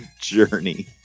journey